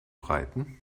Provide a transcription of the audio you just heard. reiten